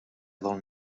del